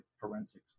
forensics